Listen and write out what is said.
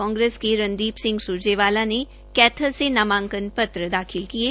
कांग्रेस के रणदीप सुरजेवाला ने कैथल से नामांकन पत्र दाखिल किये